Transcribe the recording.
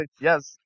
yes